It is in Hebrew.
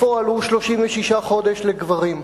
בפועל הוא 36 חודש לגברים,